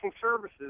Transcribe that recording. services